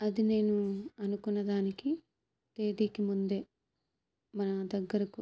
అది నేను అనుకున్న దానికి తేదీకి ముందే నా దగ్గరకు